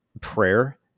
prayer